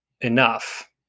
enough